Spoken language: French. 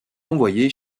envoyées